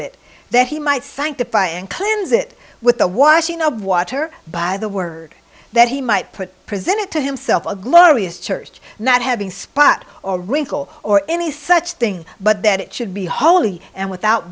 it that he might sanctify and clinton's it with the washing of water by the word that he might put presented to himself a glorious church not having spot or wrinkle or any such thing but that it should be holy and without